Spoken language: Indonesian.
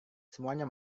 semuanya